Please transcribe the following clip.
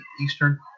Eastern